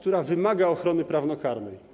To wymaga ochrony prawnokarnej.